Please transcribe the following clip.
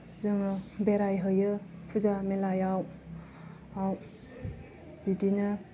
जोङो बेरायहैयो फुजा मेलायाव आव बिदिनो